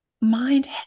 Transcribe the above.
mind